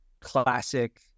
classic